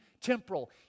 temporal